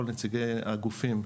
כל נציגי הגופים,